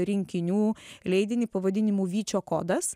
rinkinių leidinį pavadinimu vyčio kodas